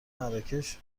مراکش